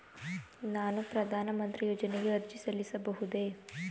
ನಾನು ಪ್ರಧಾನ ಮಂತ್ರಿ ಯೋಜನೆಗೆ ಅರ್ಜಿ ಸಲ್ಲಿಸಬಹುದೇ?